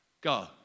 go